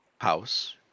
house